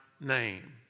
name